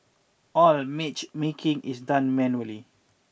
all matchmaking is done manually